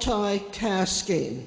time task in